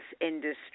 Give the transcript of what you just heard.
industry